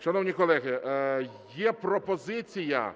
Шановні колеги, є пропозиція